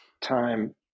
time